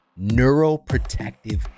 neuroprotective